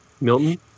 Milton